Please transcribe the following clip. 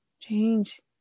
change